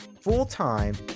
full-time